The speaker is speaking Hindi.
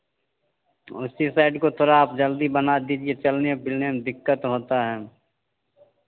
उसी साइड को थोड़ा आप जल्दी बना दीजिए चलने बिलने में दिक्कत होता है